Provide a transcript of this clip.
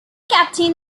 captained